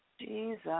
Jesus